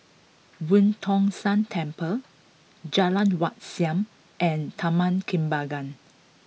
Boo Tong San Temple Jalan Wat Siam and Taman Kembangan